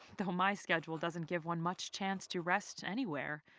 though my schedule doesn't give one much chance to rest anywhere.